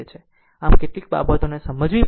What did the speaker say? આમ આ રીતે કેટલીક બાબતોને સમજવી પડશે